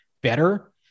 better